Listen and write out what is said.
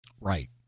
Right